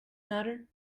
matter